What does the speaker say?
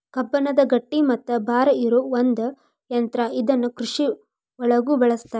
ಕಬ್ಬಣದ ಗಟ್ಟಿ ಮತ್ತ ಭಾರ ಇರು ಒಂದ ಯಂತ್ರಾ ಇದನ್ನ ಕೃಷಿ ಒಳಗು ಬಳಸ್ತಾರ